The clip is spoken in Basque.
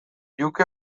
luke